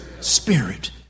spirit